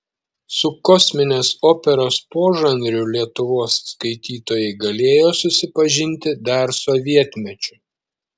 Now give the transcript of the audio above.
su kosminės operos požanriu lietuvos skaitytojai galėjo susipažinti dar sovietmečiu